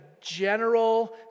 general